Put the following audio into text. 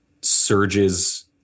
surges